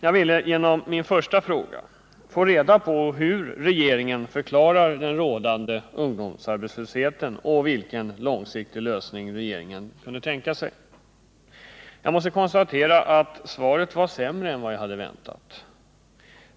Jag ville genom min första fråga få reda på hur regeringen förklarar den rådande ungdomsarbetslösheten och vilken långsiktig lösning regeringen kunde tänka sig. Jag måste konstatera att svaret var sämre än jag hade väntat.